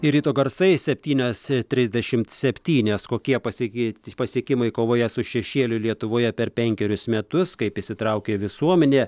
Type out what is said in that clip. ryto garsai septynios trisdešimt septynios kokie pasikei pasiekimai kovoje su šešėliu lietuvoje per penkerius metus kaip įsitraukė visuomenė